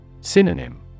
Synonym